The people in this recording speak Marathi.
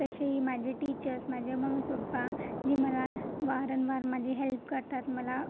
तसेही माझे टीचर्स माझे ममी पप्पा जी मला वारंवार माझी हेल्प करतात मला